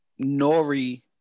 Nori